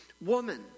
woman